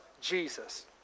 jesus